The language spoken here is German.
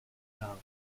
jahre